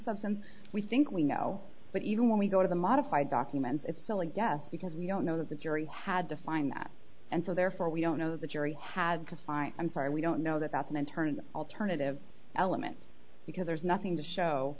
substance we think we know but even when we go to the modified documents it's still a guess because we don't know that the jury had to find that and so therefore we don't know the jury has to find i'm sorry we don't know that that's an internal alternative element because there's nothing to show